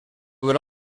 would